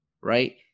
right